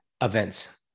events